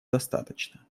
достаточно